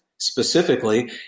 specifically